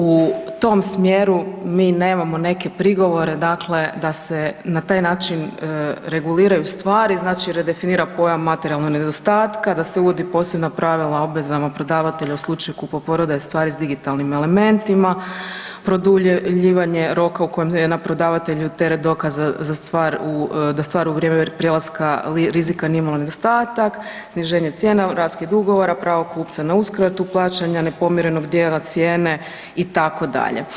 U tom smjeru mi nemamo neke prigovore, dakle da se na taj način reguliraju stvari, znači redefinira pojam „materijalnog nedostatka“, da se uvode posebna pravila o obvezama prodavatelja u slučaju kupoprodaje stvari s digitalnim elementima, produljivanje roka u kojem je na prodavatelju teret dokaza da stvar u vrijeme prelaska rizika nije imala nedostatak, sniženje cijena, raskid ugovora, pravo kupca na uskratu plaćanja nepodmirenog dijela cijene itd.